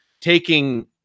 taking